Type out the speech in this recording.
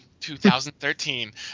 2013